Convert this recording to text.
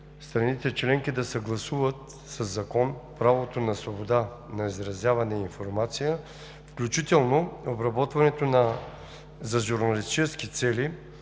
страните членки да съгласуват със закон правото на свобода на изразяване и информация, включително обработването за журналистически цели